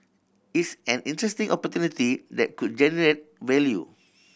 it's an interesting opportunity that could generate value